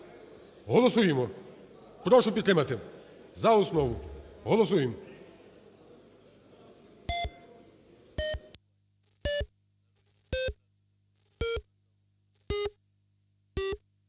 голосуємо. Прошу підтримати за основу, голосуємо.